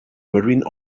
marine